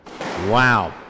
Wow